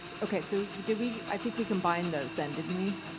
okay, so did we. i think we combined those then, didn't we,